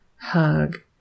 hug